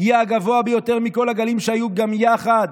יהיה הגבוה ביותר מכל הגלים שהיו גם יחד,